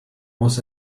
was